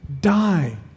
die